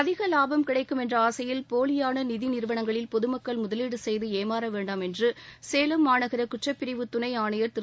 அதிக லாபம் கிடைக்கும் என்ற ஆசையில் போலியான நிதிநிறுவனங்களில் பொதுமக்கள் முதலீடு செய்து ஏமாற வேண்டாம் என்று சேலம் மாநகர குற்றப் பிரிவு துணை ஆணையர் திரு